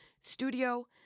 studio